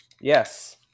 Yes